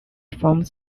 forms